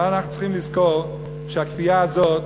אבל אנחנו צריכים לזכור שהכפייה הזאת,